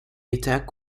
attack